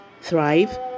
Thrive